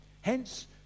Hence